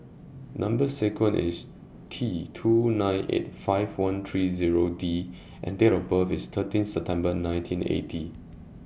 Number sequence IS T two nine eight five one three Zero D and Date of birth IS thirteen September nineteen eighty